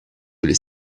les